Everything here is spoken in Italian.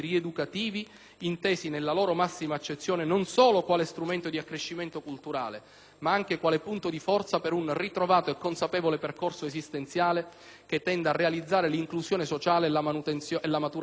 intesi nella loro massima accezione, non solo quale strumento di accrescimento culturale ma anche quale punto di forza per un ritrovato e consapevole percorso esistenziale che tenda a realizzare l'inclusione sociale e la maturazione personale.